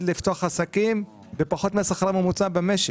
לפתוח עסקים בפחות מהשכר הממוצע במשק.